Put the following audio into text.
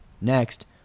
next